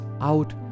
out